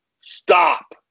stop